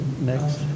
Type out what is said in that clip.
Next